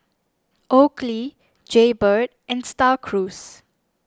Oakley Jaybird and Star Cruise